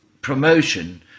promotion